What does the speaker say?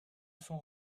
sont